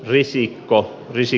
risikko viisi